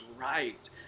right